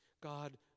God